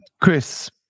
Chris